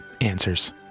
Answers